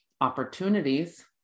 opportunities